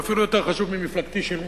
ואפילו יותר חשוב ממפלגתי שלי.